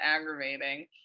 aggravating